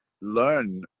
learn